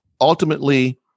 ultimately